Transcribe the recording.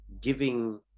giving